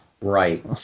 Right